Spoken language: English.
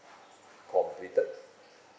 completed